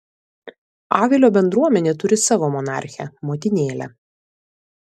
avilio bendruomenė turi savo monarchę motinėlę